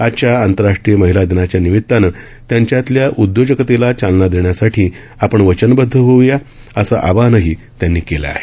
आजच्या आंतरराष्ट्रीय महिला दिनाच्या निमीतानं त्यांच्यातल्या उद्योजकतेला चालना देण्यासाठी आपण वचनबदध होऊया असं आवाहनही त्यांनी केलं आहे